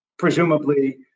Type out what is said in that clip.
Presumably